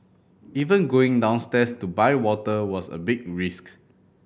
even going downstairs to buy water was a big risk